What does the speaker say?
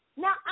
Now